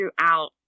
throughout